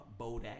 Bodak